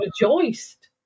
rejoiced